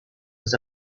was